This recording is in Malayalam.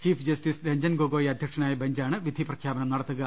ചീഫ് ജസ്റ്റിസ് രഞ്ജൻ ഗൊഗോയ് അധ്യക്ഷനായ ബെഞ്ചാണ് വിധി പ്രഖ്യാപനം നടത്തുക